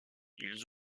ils